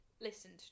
listened